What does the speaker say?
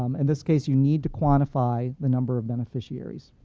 um in this case, you need to quantify the number of beneficiaries.